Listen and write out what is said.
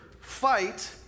fight